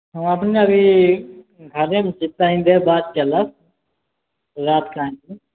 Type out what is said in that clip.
हम अपने अभी घरेमे छी कनि देर बाद चलब